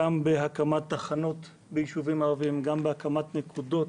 גם בהקמת תחנות ביישובים ערביים, גם בהקמת נקודות